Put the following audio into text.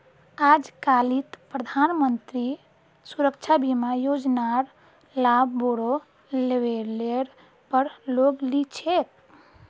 आजकालित प्रधानमंत्री सुरक्षा बीमा योजनार लाभ बोरो लेवलेर पर लोग ली छेक